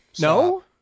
No